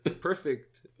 perfect